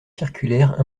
circulaire